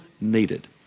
needed